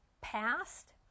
past